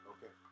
Okay